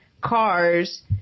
cars